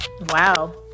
wow